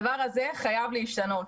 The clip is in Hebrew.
וזה דבר שחייב להשתנות.